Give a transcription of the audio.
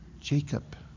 Jacob